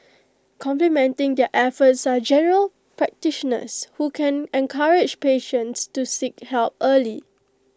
complementing their efforts are general practitioners who can encourage patients to seek help early